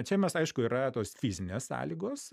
čia mes aišku yra tos fizinės sąlygos